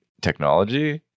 technology